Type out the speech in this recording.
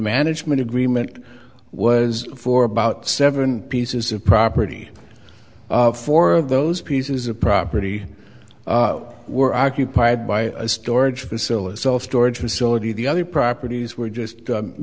management agreement was for about seven pieces of property four of those pieces of property were occupied by a storage facility self storage facility the other properties were just